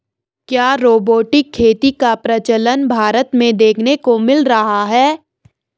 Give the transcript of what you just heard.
क्या रोबोटिक खेती का प्रचलन भारत में देखने को मिल रहा है?